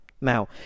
Now